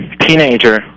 teenager